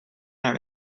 naar